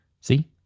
See